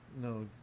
no